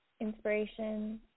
inspiration